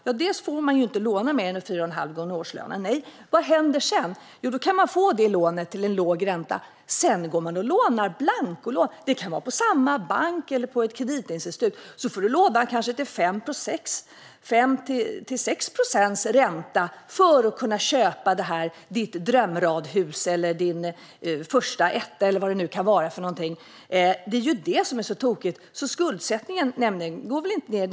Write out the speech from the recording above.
För det första får man inte låna mer än 4,5 gånger årslönen. Vad händer sedan? Man kan få ett sådant lån till en låg ränta. Sedan tar man ett blankolån. Det kan vara på samma bank eller på ett kreditinstitut. Där måste man ta ett lån med kanske 5-6 procents ränta, för att kunna köpa sitt drömradhus eller sin första etta. Detta är tokigt. Skuldsättningen går heller inte ned.